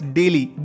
daily